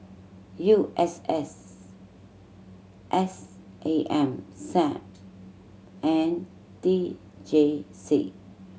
U S S S A M Sam and T J C